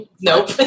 Nope